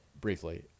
briefly